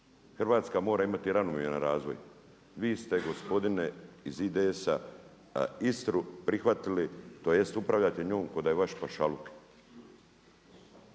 Hrvatska mora imati ravnomjeran razvoj, vi ste gospodine iz IDS-a Istru prihvatili tj. upravljate njom ko da je vaš pašaluk.